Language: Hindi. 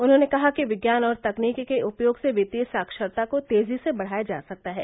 उन्होंने कहा कि विज्ञान और तकनीक के उपयोग से वित्तीय साक्षरता को तेजी से बढ़ाया जा सकता है